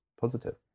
positive